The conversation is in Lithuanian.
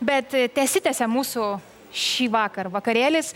bet tesitęsia mūsų šįvakar vakarėlis